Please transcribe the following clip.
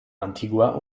antigua